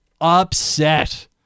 upset